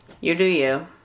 You-do-you